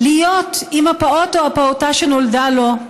להיות עם הפעוט או הפעוטה שנולדה לו,